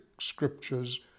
scriptures